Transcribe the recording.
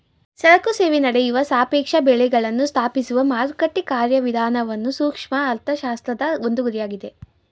ಸರಕು ಸೇವೆ ನಡೆಯುವ ಸಾಪೇಕ್ಷ ಬೆಳೆಗಳನ್ನು ಸ್ಥಾಪಿಸುವ ಮಾರುಕಟ್ಟೆ ಕಾರ್ಯವಿಧಾನವನ್ನು ಸೂಕ್ಷ್ಮ ಅರ್ಥಶಾಸ್ತ್ರದ ಒಂದು ಗುರಿಯಾಗಿದೆ